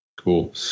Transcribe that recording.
Cool